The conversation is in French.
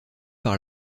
par